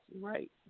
right